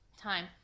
time